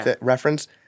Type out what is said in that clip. reference